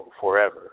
forever